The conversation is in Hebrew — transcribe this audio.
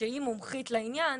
שהיא מומחית לעניין,